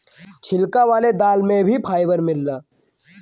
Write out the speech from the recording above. छिलका वाले दाल में भी फाइबर मिलला